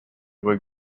would